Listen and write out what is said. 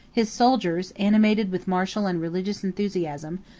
his soldiers, animated with martial and religious enthusiasm,